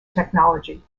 technology